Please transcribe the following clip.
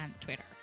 Twitter